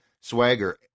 swagger